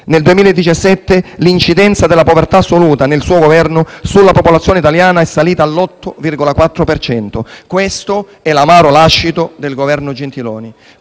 Nel 2017, l'incidenza della povertà assoluta nel suo Governo sulla popolazione italiana è salita all'8,4 per cento. Questo è l'amaro lascito del Governo Gentiloni